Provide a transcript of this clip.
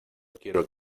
quiero